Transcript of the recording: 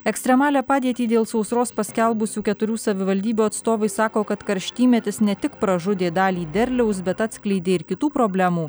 ekstremalią padėtį dėl sausros paskelbusių keturių savivaldybių atstovai sako kad karštymetis ne tik pražudė dalį derliaus bet atskleidė ir kitų problemų